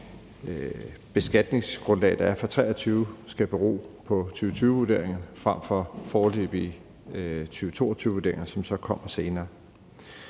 beskatningsgrundlag, der er for 2023, bero på 2020-vurderinger frem for foreløbige 2022-vurderinger, som så kommer senere.